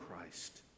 Christ